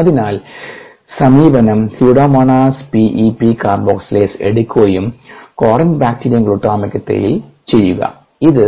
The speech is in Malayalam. അതിനാൽ സമീപനം pseudomonas P E P carboxylase എടുക്കുകയും കോറിനെബാക്ടീരിയം ഗ്ലൂട്ടാമിക്കത്തിൽ ചെയ്യുക ഇത്